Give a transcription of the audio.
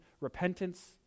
repentance